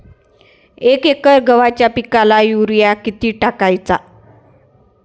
एक एकर गव्हाच्या पिकाला युरिया किती टाकायचा?